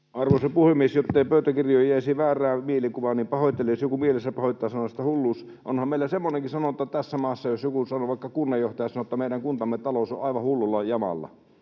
Arvoisa puhemies! Jottei pöytäkirjoihin jäisi väärää mielikuvaa, niin pahoittelen, jos joku mielensä pahoittaa sanasta ”hulluus”. Onhan meillä semmoinenkin sanonta tässä maassa, jos vaikka kunnanjohtaja sanoo, että meidän kuntamme talous on aivan hullussa jamassa